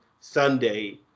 Sunday